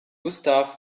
gustav